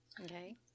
Okay